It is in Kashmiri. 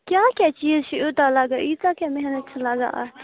کیٛاہ کیٛاہ چیٖز چھِ ایوٗتاہ لَگان ییٖژاہ کیٛاہ محنت چھِ لَگان اَتھ